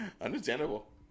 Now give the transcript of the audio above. understandable